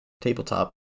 tabletop